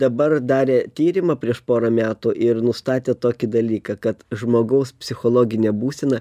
dabar darė tyrimą prieš porą metų ir nustatė tokį dalyką kad žmogaus psichologinė būsena